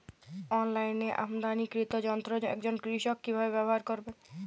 অনলাইনে আমদানীকৃত যন্ত্র একজন কৃষক কিভাবে ব্যবহার করবেন?